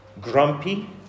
grumpy